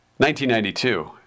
1992